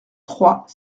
trois